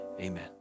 Amen